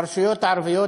הרשויות הערביות,